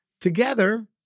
together